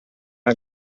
una